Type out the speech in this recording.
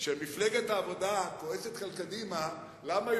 של מפלגת העבודה כועסת על קדימה למה היא